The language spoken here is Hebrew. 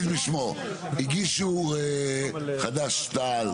להיות שהייתי עושה שיקול דעת בשביל המליאה,